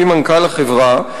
לפי מנכ"ל החברה,